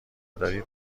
دارید